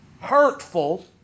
hurtful